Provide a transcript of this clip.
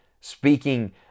Speaking